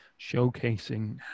showcasing